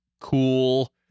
cool